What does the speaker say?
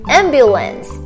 ambulance，